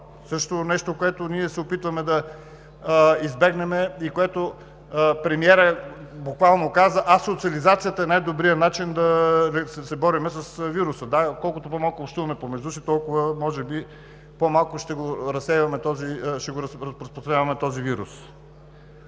също нещо, което ние се опитваме да избегнем. Премиерът буквално каза: „Асоциализацията е най-добрият начин да се борим с вируса“, да, колкото по-малко общуваме помежду си, толкова по-малко ще разпространяваме този вирус.